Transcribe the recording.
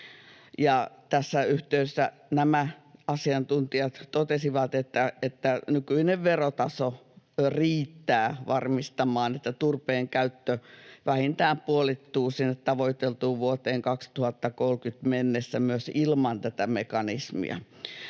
Tässä yhteydessä nämä asiantuntijat totesivat, että nykyinen verotaso riittää varmistamaan, että turpeen käyttö vähintään puolittuu tavoiteltuun vuoteen 2030 mennessä myös ilman tätä mekanismia.